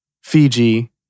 Fiji